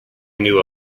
knew